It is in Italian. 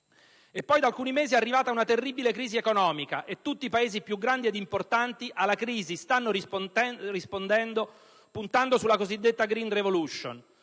E poi, da alcuni mesi, è arrivata una terribile crisi economica, e tutti i Paesi più grandi ed importanti alla crisi stanno rispondendo puntando sulla cosiddetta *green revolution*.